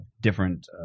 different